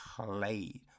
played